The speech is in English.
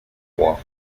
war